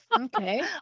okay